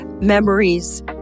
memories